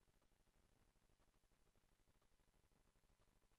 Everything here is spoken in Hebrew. הקולות ולהעביר לי את